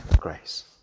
grace